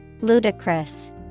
Ludicrous